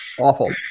awful